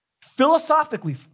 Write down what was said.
Philosophically